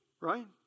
Right